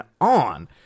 on